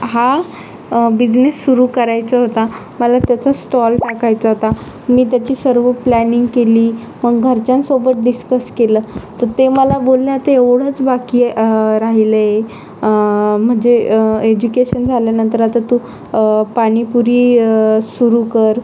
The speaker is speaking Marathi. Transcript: हा बिजनेस सुरू करायचा होता मला त्याचा स्टॉल टाकायचा होता मी त्याची सर्व प्लॅनिंग केली मग घरच्यांसोबत डिस्कस केलं तर ते मला बोलण्यात एवढंच बाकी आहे राहीलं आहे म्हणजे एज्युकेशन झाल्यानंतर आता तू पाणीपुरी सुरू कर